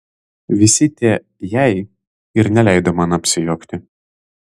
visi tie jei ir neleido man apsijuokti